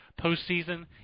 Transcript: postseason